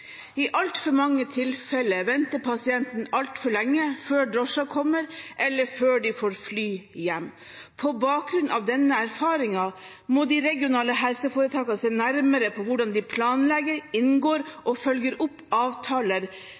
I altfor mange tilfeller venter pasienten altfor lenge før drosjen kommer, eller før de får fly hjem. På bakgrunn av denne erfaringen må de regionale helseforetakene se nærmere på hvordan de planlegger, inngår og følger opp avtaler